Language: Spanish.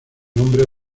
nombre